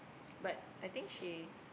but I think she